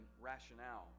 rationale